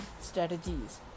strategies